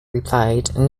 replied